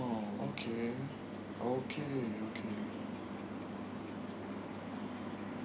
oh okay okay okay